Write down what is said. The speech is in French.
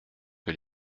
que